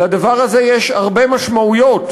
לדבר הזה יש הרבה משמעויות,